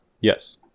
Yes